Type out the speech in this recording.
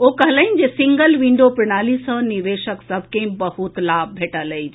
ओ कहलनि जे single window प्रणाली सँ निवेशक सभ के बहुत लाभ भेटल अछि